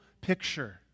picture